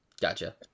Gotcha